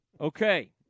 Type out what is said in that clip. Okay